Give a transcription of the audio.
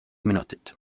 minutit